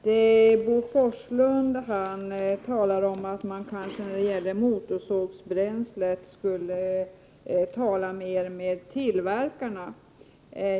Herr talman! Bo Forslund sade att man när det gäller motorsågsbränslet kanske borde tala mer med tillverkarna.